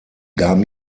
gaben